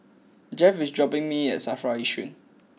Jeff is dropping me at Safra Yishun